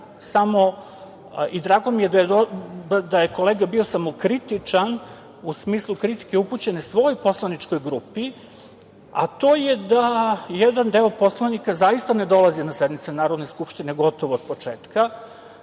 samo, i drago mi je kolega bio samokritičan, u smislu kritike upućene svojoj poslaničkog grupi, a to je da jedan deo poslanika zaista ne dolazi na sednice Narodne skupštine gotovo od početka.